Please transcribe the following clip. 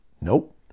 Nope